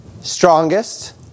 strongest